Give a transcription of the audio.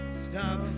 stop